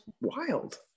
wild